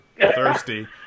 thirsty